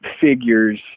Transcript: figures